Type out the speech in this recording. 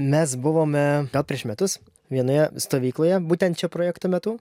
mes buvome gal prieš metus vienoje stovykloje būtent šio projekto metu